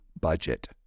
budget